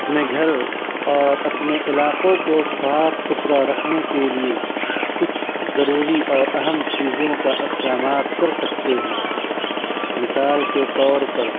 اپنے گھر اور اپنے علاقوں کو صاف ستھرا رکھنے کے لیے کچھ ضروری اور اہم چیزوں کا اقدامات کر سکتے ہیں مثال کے طور پر